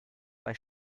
bei